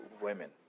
women